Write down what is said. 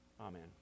Amen